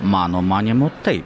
mano manymu taip